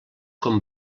com